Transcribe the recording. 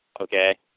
okay